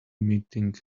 meeting